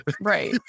right